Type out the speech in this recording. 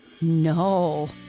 No